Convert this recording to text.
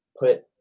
put